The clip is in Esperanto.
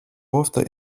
ofta